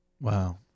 Wow